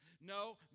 No